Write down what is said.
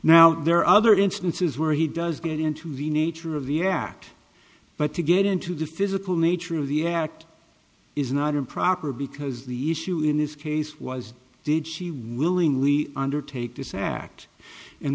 now there are other instances where he does get into the nature of the act but to get into the physical nature of the act is not improper because the issue in this case was did she willingly undertake this act